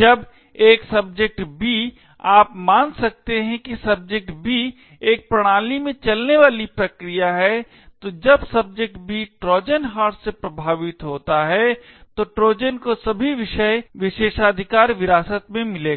जब एक subject B आप मान सकते हैं कि सब्जेक्ट B एक प्रणाली में चलने वाली प्रक्रिया है तो जब सब्जेक्ट B ट्रोजन हॉर्स से प्रभावित होता है तो ट्रोजन को सभी विषय विशेषाधिकार विरासत में मिलेगा